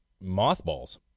Mothballs